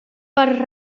per